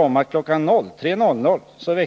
om att Palme väcktes igen kl.